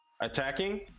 attacking